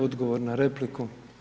Odgovor na repliku.